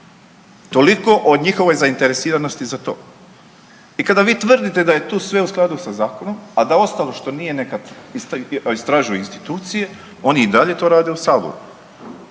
Toliko o njihovoj zainteresiranosti za to. I kada vi tvrdite da je tu sve u skladu sa zakonom, a da ostalo što nije neka istražuju institucije, oni i dalje to rade u saboru.